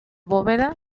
bóveda